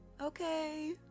okay